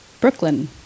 Brooklyn